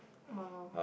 !wow!